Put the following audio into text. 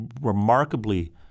remarkably